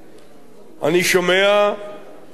אני שומע טענות רבות